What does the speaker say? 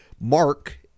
Mark